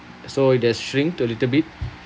so it does shrink a little bit